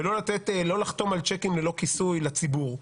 ולא לחתום על צ'קים ללא כיסוי לציבור.